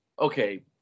okay